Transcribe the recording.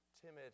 timid